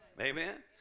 Amen